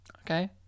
Okay